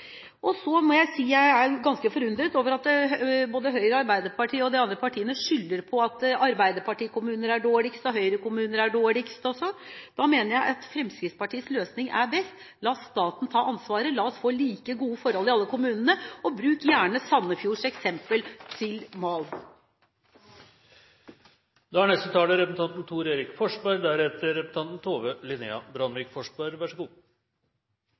uføretrygd. Så må jeg si at jeg er ganske forundret over at både Høyre og Arbeiderpartiet og de andre partiene skylder på at arbeiderpartikommuner er dårligst, at høyrekommuner er dårligst, osv. Da mener jeg at Fremskrittspartiets løsning er best. La staten ta ansvaret, la oss få like gode forhold i alle kommunene, og bruk gjerne Sandefjords eksempel som mal. Det som i hvert fall er